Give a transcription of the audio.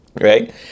Right